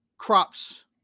Crops